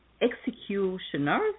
executioners